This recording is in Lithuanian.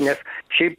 nes šiaip